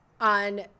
on